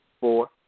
four